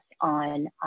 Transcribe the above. on